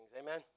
Amen